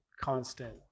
constant